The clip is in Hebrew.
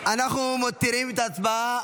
אנחנו מותירים את ההצבעה